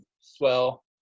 swell